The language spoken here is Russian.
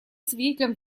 свидетелем